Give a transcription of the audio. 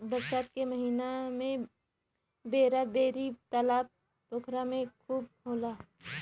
बरसात के महिना में बेरा बेरी तालाब पोखरा में खूब होला